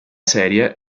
serie